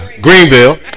Greenville